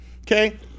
okay